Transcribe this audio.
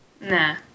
Nah